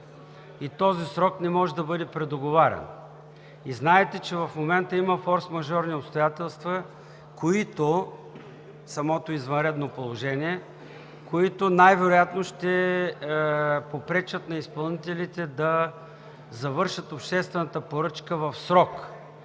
и този срок не може да бъде предоговарян. И знаете, че в момента има форсмажорни обстоятелства – самото извънредно положение, които най-вероятно ще попречат на изпълнителите да завършат обществената поръчка в срок